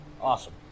Awesome